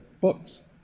books